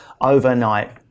Overnight